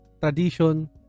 tradition